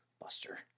buster